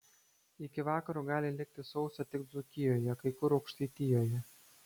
iki vakaro gali likti sausa tik dzūkijoje kai kur aukštaitijoje